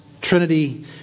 Trinity